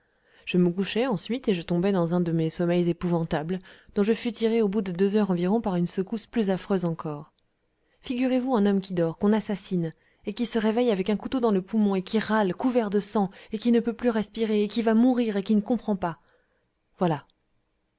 je me couchai ensuite et je tombai dans un de mes sommeils épouvantables dont je fus tiré au bout de deux heures environ par une secousse plus affreuse encore figurez-vous un homme qui dort qu'on assassine et qui se réveille avec un couteau dans le poumon et qui râle couvert de sang et qui ne peut plus respirer et qui va mourir et qui ne comprend pas voilà